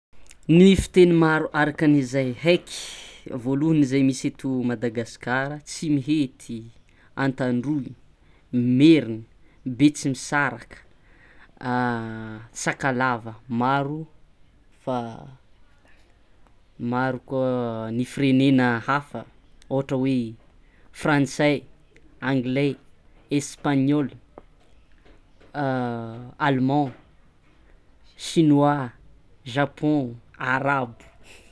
Ny fiteny maro arakan'izay heky: voalohany zay misy eto Madagasikara tsimihety, antandroy, merina betsimisarakan sakalava maro fa maro koa ny firenena hafa ohatra hoe: frantsay, angle, espaniola, aleman, chinois, japon arabo.